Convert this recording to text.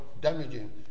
damaging